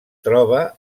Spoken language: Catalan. troba